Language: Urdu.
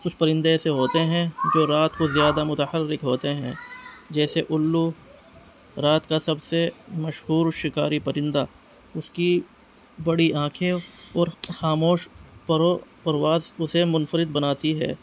کچھ پرندے ایسے ہوتے ہیں جو رات کو زیادہ متحرک ہوتے ہیں جیسے الو رات کا سب سے مشہور شکاری پرندہ اس کی بڑی آنکھیں اور خاموش پر و پرواز اسے منفرد بناتی ہے